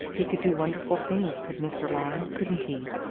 he could do wonderful things, could mr. lyne, couldn't he?